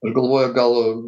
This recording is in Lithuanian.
aš galvoju gal